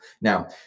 Now